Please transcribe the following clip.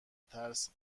ترس